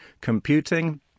computing